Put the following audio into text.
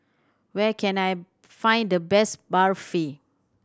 where can I find the best Barfi